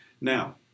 Now